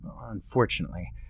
unfortunately